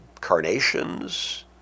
carnations